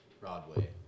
Broadway